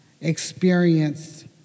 experienced